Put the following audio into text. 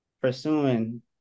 pursuing